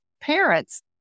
parents